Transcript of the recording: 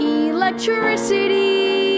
electricity